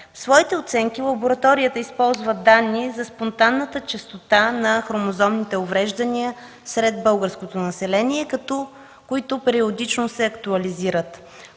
В своите оценки лабораторията използва данни за спонтанната честота на хромозомните увреждания сред българското население, които периодично се актуализират.